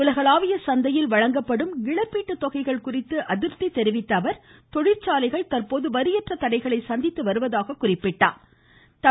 உலகளாவிய சந்தையில் வழங்கப்படும் இழப்பீட்டுத்தொகைகள் குறித்து அதிருப்தி தெரிவித்த அவர்தொழிற்சாலைகள் தற்போது வரியற்ற தடைகளை சந்தித்து வருவதாக கூறினார்